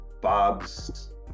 bob's